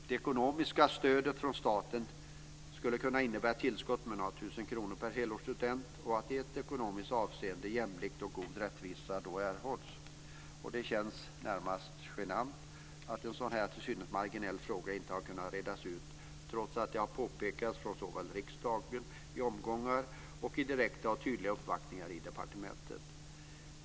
Det ekonomiska stödet från staten skulle kunna innebära ett tillskott med några tusen kronor per helårsstudent och att jämlikhet och rättvisa i ett ekonomiskt avseende erhålls. Det känns närmast genant att en sådan till synes marginell fråga inte har kunnat redas ut, trots att det har påpekats från riksdagen i olika omgångar och vid uppvaktningar i departementet.